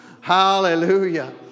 Hallelujah